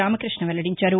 రామకృష్ణ వెల్లడించారు